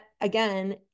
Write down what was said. again